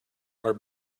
are